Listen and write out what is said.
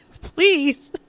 Please